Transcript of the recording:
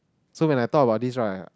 so when I thought about this right